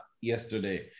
yesterday